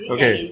Okay